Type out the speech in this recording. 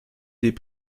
des